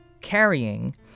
carrying